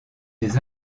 des